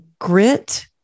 grit